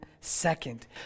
Second